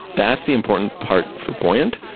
that's the important part for buoyant.